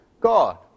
God